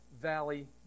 Valley